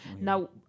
Now